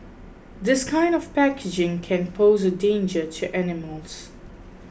this kind of packaging can pose a danger to animals